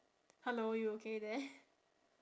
hello you okay there